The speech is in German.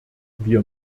wir